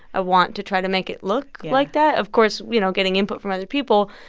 i want to try to make it look like that, of course, you know, getting input from other people.